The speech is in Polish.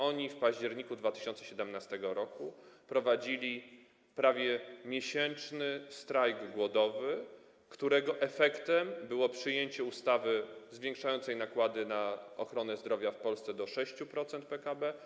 Oni w październiku 2017 r. prowadzili prawie miesięczny strajk głodowy, którego efektem było przyjęcie ustawy zwiększającej nakłady na ochronę zdrowia w Polsce do 6% PKB.